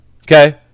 okay